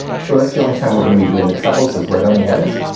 so that's the only time we're gonna be doing the trebles, is right on the edge.